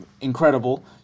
incredible